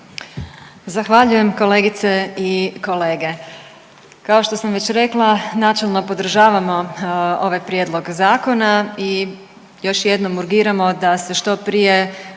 Zahvaljujem. Kolegice i kolege. Kao što sam već rekla načelno podržavamo ovaj prijedlog zakona i još jednom urgiramo da se što prije